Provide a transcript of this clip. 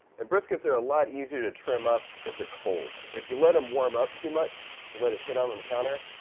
and briskets are a lot easier to trim up if they're cold. if you let em warm up too much, if you let it sit on and the counter,